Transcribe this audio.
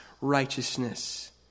righteousness